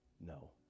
no